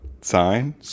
Sign